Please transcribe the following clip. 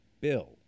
Bill